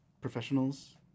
professionals